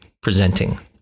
presenting